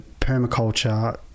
permaculture